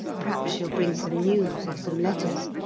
p'raps she'll bring some news or some letters,